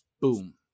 boom